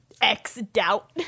X-doubt